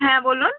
হ্যাঁ বলুন